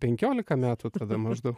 penkiolika metų tada maždaug